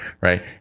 right